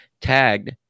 tagged